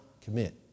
commit